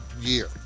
year